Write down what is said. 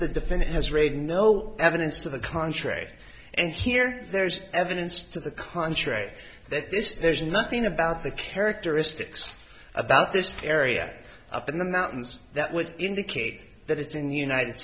the defendant has read no evidence to the contrary and here there's evidence to the contrary that this there's nothing about the characteristics about this area up in the mountains that would indicate that it's in the united